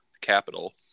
capital